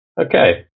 Okay